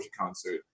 concert